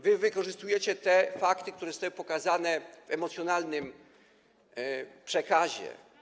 Wy wykorzystujecie te fakty, które zostały pokazane w emocjonalnym przekazie.